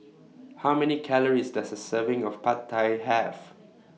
How Many Calories Does A Serving of Pad Thai Have